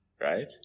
right